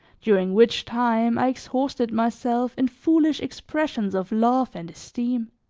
during which time, i exhausted myself in foolish expressions of love and esteem.